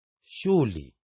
Surely